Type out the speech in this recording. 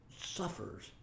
suffers